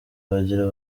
bagira